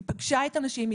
היא פגשה את הנשים,